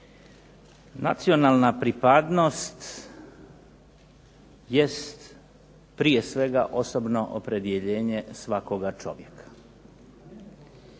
Nacionalna pripadnost jest prije svega osobno opredjeljenje svakoga čovjeka,